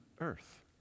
earth